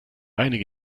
einige